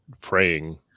praying